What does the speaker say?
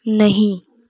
نہیں